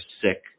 sick